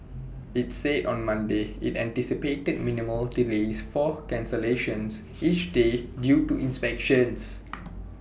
IT said on Monday IT anticipated minimal delays for cancellations each day due to inspections